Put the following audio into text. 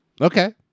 Okay